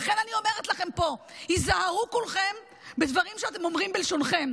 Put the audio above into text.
לכן אני אומרת לכם פה: היזהרו כולכם בדברים שאתם אומרים בלשונכם.